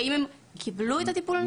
האם הם קיבלו את הטיפול הנפשי.